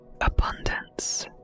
Abundance